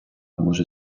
може